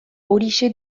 horixe